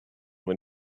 when